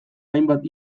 hainbat